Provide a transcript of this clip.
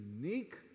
unique